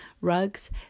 rugs